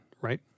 right